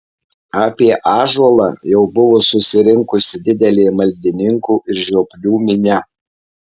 apie ąžuolą jau buvo susirinkusi didelė maldininkų ir žioplių minia